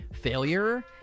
failure